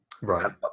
Right